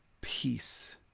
peace